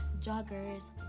joggers